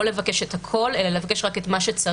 לא לבקש את הכול, אלא לבקש רק את מה שצריך.